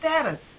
status